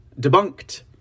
debunked